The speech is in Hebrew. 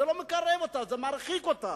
זה לא מקרב אותה, זה מרחיק אותה.